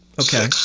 Okay